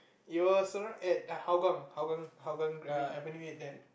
it was around at Hougang Hougang Hougang Avenue eight there